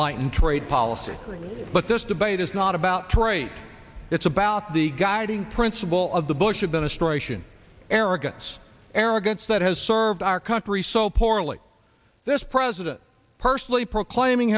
light and trade policy but this debate is not about troy it's about the guiding principle of the bush administration arrogance arrogance that has served our country so poorly this president personally proclaiming